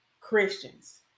Christians